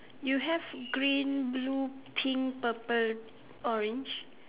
you have green blue pink purple orange